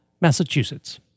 Massachusetts